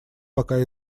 пока